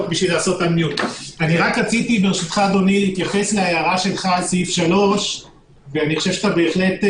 רציתי להתייחס להערה שלך על סעיף 3. אני חושב שאתה בהחלט צודק.